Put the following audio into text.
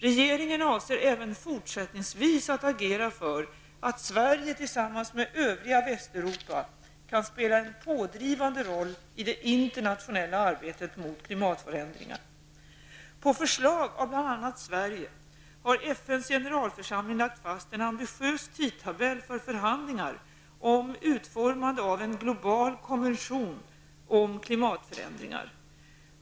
Regeringen avser även fortsättningsvis att agera för att Sverige tillsammans med övriga Västeuropa kan spela en pådrivande roll i det internationella arbetet mot klimatförändringar. På förslag av bl.a. Sverige har FNs generalförsamling lagt fast en ambitiös tidtabell för förhandlingar om utformande av en global konvention om klimatförändringar.